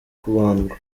kubandwa